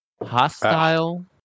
Hostile